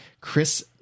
Chris